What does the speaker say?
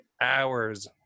hours